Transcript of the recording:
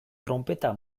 tronpeta